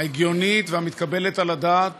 ההגיונית והמתקבלת על הדעת